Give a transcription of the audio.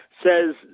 says